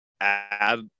add